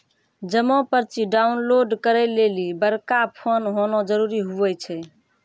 जमा पर्ची डाउनलोड करे लेली बड़का फोन होना जरूरी हुवै छै